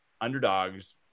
underdogs